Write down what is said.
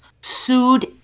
sued